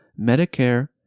Medicare